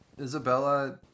isabella